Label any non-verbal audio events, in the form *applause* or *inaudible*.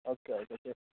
okay okay *unintelligible*